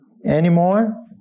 anymore